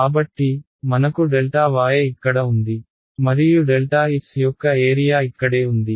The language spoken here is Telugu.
కాబట్టి మనకు ∆y ఇక్కడ ఉంది మరియు ∆s యొక్క ఏరియా ఇక్కడే ఉంది